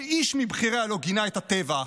שאיש מבכיריה לא גינה את הטבח,